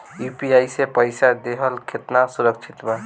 UPI से पईसा देहल केतना सुरक्षित बा?